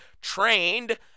trained